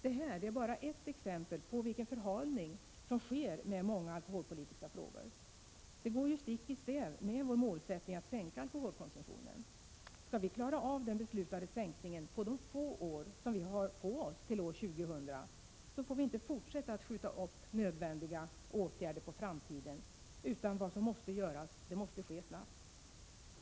Det här är bara ett exempel på vilken förhalning som sker med många alkoholpolitiska frågor, och det går stick i stäv med vår målsättning att sänka alkoholkonsumtionen. Skall vi klara av den beslutade sänkningen på de få år som vi har på oss till år 2000, får vi inte fortsätta att skjuta nödvändiga åtgärder på framtiden, utan vad som måste göras måste ske snabbt.